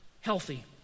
healthy